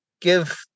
Give